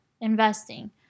investing